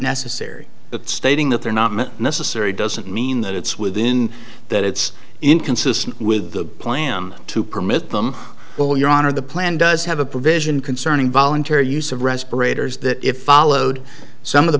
necessary but stating that they're not necessary doesn't mean that it's within that it's inconsistent with the plan to permit them well your honor the plan does have a provision concerning voluntary use of respirators that if ol oed some of the